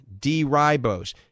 D-ribose